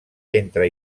entre